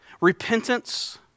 Repentance